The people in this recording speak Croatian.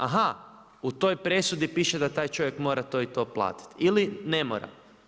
Aha u toj presudi piše da taj čovjek mora to i to platiti ili ne mora.